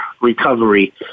recovery